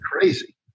crazy